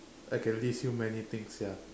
I can list you many things sia